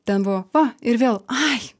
ten buvo va ir vėl ai